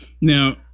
now